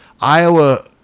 Iowa